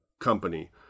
company